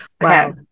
Wow